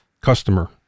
customer